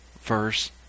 verse